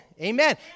Amen